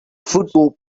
football